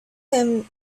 him